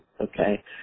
okay